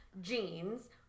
jeans